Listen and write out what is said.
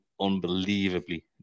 unbelievably